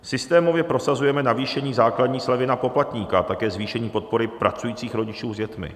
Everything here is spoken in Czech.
Systémově prosazujeme navýšení základní slevy na poplatníka a také zvýšení podpory pracujících rodičů s dětmi.